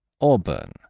auburn